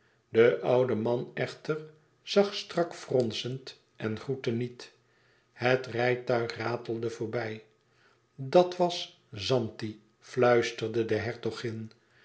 de oude man echter zag strak fronsend en groette niet het rijtuig ratelde voorbij dat was zanti fluisterde de hertogin